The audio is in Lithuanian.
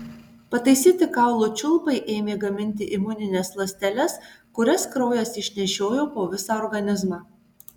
pataisyti kaulų čiulpai ėmė gaminti imunines ląsteles kurias kraujas išnešiojo po visą organizmą